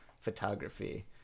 photography